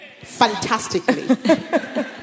fantastically